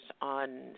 on